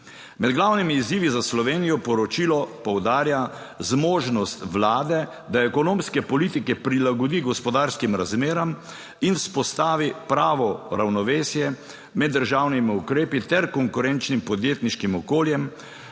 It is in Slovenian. Med glavnimi izzivi za Slovenijo poročilo poudarja, zmožnost vlade, da ekonomske politike prilagodi gospodarskim razmeram in vzpostavi pravo ravnovesje med državnimi ukrepi ter konkurenčnim podjetniškim okoljem,